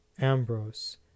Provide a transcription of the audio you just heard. Ambrose